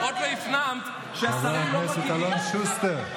חבר הכנסת אלון שוסטר.